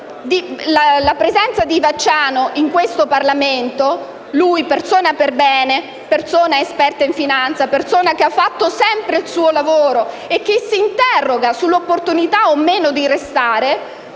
la presenza del collega Vacciano in questo Parlamento (lui, persona perbene, esperta in finanza, che ha fatto sempre fatto il suo lavoro e che si interroga sull'opportunità o meno di restare)